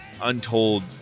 untold